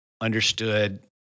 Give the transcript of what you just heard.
understood